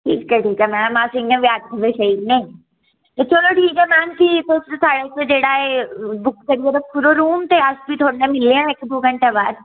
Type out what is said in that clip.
ठीक ऐ ठीक ऐ मैम अस इ'यां बी अट्ठ बजे सेई जन्ने चलो ठीक ऐ मैम फ्ही तुस जेह्ड़ा एह् बुक करियै रक्खी ओड़ेओ रूम ते अस फ्ही थुआढ़े ने मिलने आं इक दो घैंटे बाद